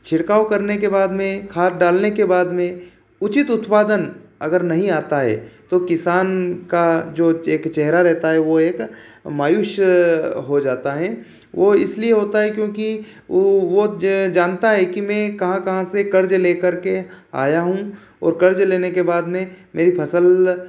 छिड़काव करने के बाद में खाद डालने के बाद में उचित उत्पादन अगर नहीं आता है तो किसान का जो एक चेहरा रहता है वो एक मायूस हो जाता है वो इसलिए होता है क्योंकि वो जानता है की मैं कहाँ कहाँ से कर्ज लेकर के आया हूँ और कर्ज लेने के बाद में मेरी फसल